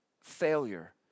failure